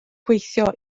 gweithio